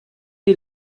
die